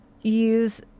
use